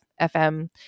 FM